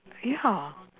ya